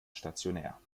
stationär